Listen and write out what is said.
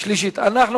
כן.